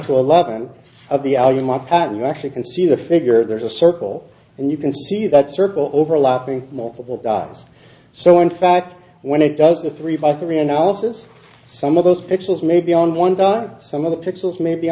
to eleven of the hour in my pattern you actually can see the figure there's a circle and you can see that circle overlapping multiple dials so in fact when it does the three by three analysis some of those pixels may be on one some of the pixels maybe